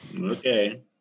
Okay